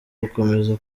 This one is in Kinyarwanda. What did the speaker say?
gukomeza